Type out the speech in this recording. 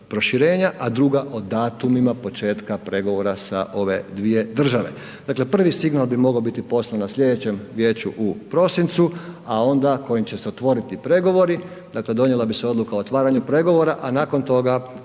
proširenja a druga o datumima početka pregovora sa ove dvije države. Dakle prvi signal bi mogao biti poslan na sljedećem vijeću u prosincu a onda kojim će se otvoriti pregovori, dakle donijela bi se odluka o otvaranju pregovora a nakon toga